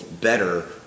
better